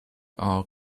are